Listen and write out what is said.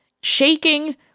shaking